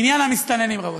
עניין המסתננים, רבותיי.